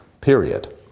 period